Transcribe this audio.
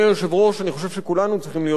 אני חושב שכולנו צריכים להיות מוטרדים